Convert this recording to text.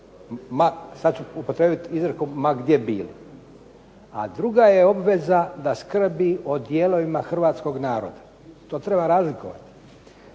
sad ću upotrijebiti izreku ma gdje bili. A druga je obveza da skrbi o dijelovima hrvatskog naroda. To treba razlikovati.